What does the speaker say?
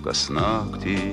kas naktį